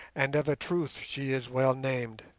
and of a truth she is well named.